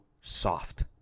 Soft